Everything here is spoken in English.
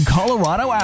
Colorado